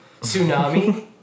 Tsunami